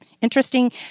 interesting